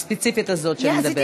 הספציפית הזאת שאת מדברת.